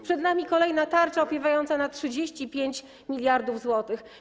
Przed nami kolejna tarcza opiewająca na 35 mld zł.